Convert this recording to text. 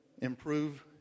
improve